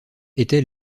était